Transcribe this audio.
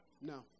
no